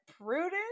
Prudent